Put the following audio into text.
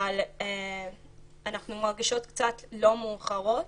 אבל אנחנו מרגישות קצת לא מוערכות,